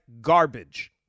garbage